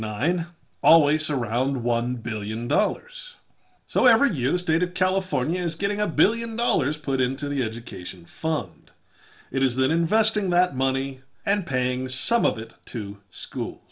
nine always around one billion dollars so ever use data california is getting a billion dollars put into the education fund it is that investing that money and paying some of it to school